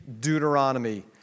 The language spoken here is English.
Deuteronomy